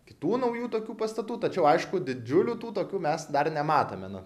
kitų naujų tokių pastatų tačiau aišku didžiulių tų tokių mes dar nematome na